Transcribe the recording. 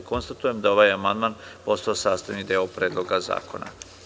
Konstatujem da je ovaj amandman postao sastavni deo Predloga zakona.